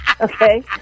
Okay